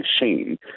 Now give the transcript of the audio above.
machine